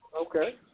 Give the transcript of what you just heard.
Okay